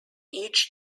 each